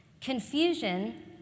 Confusion